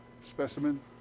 specimen